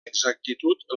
exactitud